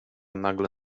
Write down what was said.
nagle